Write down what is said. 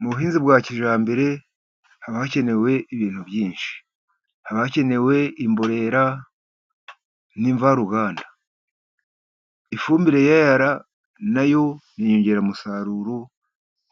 Mu buhinzi bwa kijyambere haba hakenewe ibintu byinshi, haba hakenewe imborera, n'imvaruganda. Ifumbire ya ire nayo ni inyongera musaruro